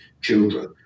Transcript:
children